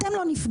אתם לא נפגעתם,